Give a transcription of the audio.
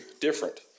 different